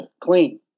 clean